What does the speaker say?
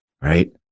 right